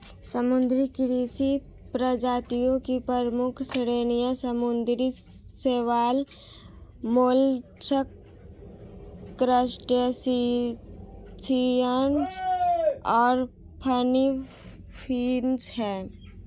समुद्री कृषि प्रजातियों की प्रमुख श्रेणियां समुद्री शैवाल, मोलस्क, क्रस्टेशियंस और फिनफिश हैं